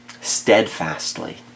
steadfastly